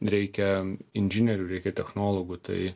reikia inžinierių reikia technologų tai